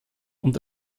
und